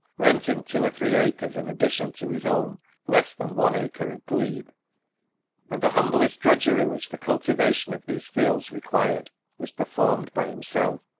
renting two or three acres in addition to his own less than one acre of glebe and the humblest drudgery which the cultivation of these fields required was performed by himself.